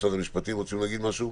משרד המשפטים רוצים להגיד משהו?